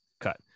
Cut